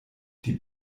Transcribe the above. die